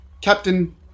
Captain